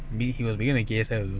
he was bigger than P_S_L also